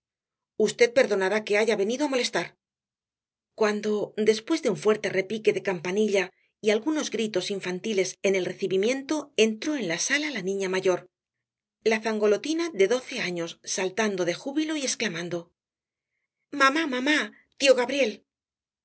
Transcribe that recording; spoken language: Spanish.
cólera v perdonará que haya venido á molestar cuando después de un fuerte repique de campanilla y algunos gritos infantiles en el recibimiento entró en la sala la niña mayor la zangolotina de doce años saltando de júbilo y exclamando mamá mamá tío gabriel